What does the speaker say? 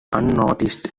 unnoticed